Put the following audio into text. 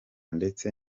ndetse